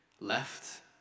left